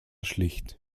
schlicht